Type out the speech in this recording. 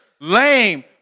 lame